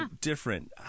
different